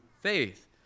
faith